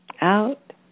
out